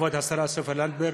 כבוד השרה סופה לנדבר,